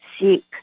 seek